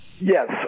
Yes